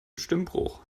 stimmbruch